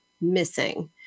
missing